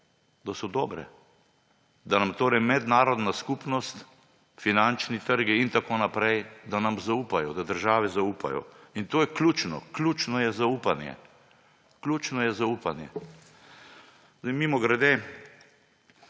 da so dobre, da nam torej mednarodna skupnost, finančni trgi in tako naprej, da nam zaupajo, da države zaupajo. In to je ključno. Ključno je zaupanje. Mimogrede,